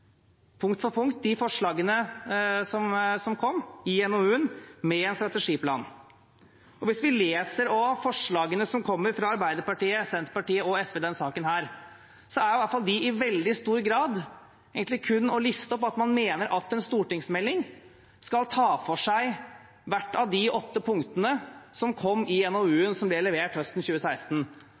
punkt for punkt – de forslagene som kom i NOU-en, med en strategiplan. Og hvis vi leser forslagene fra Arbeiderpartiet, Senterpartiet og SV i denne saken, går de i veldig stor grad egentlig kun ut på å liste opp at man mener at en stortingsmelding skal ta for seg hvert av de åtte punktene som kom i NOU-en som ble levert høsten 2016.